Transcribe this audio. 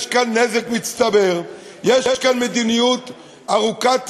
יש כאן נזק מצטבר, יש כאן מדיניות ארוכת טווח,